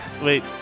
Wait